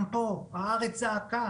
גם פה, הארץ זעקה